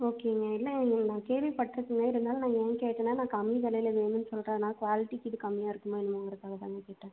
ஓகேங்க இல்லை இல்லை நான் கேள்விபட்டிருக்கேங்க இருந்தாலும் நான் ஏன் கேட்டேனால் நான் கம்மி விலையில் வேணும்னு சொல்கிறதுனால குவாலிட்டி கீலிட்டி கம்மியாக இருக்குமோ என்னமோங்கிறதுக்காக தாங்க கேட்டேன்